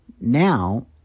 now